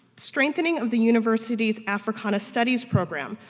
strengthening of the university's africana studies program,